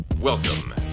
Welcome